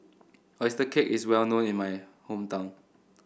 oyster cake is well known in my hometown